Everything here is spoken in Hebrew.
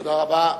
תודה רבה.